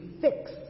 fix